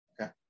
Okay